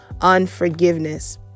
unforgiveness